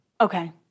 Okay